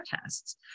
tests